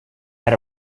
had